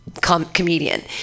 comedian